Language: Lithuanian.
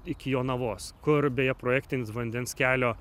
iki jonavos kur beje projektinis vandens kelio